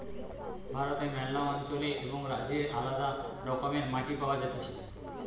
ভারতে ম্যালা অঞ্চলে এবং রাজ্যে আলদা রকমের মাটি পাওয়া যাতিছে